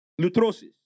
Lutrosis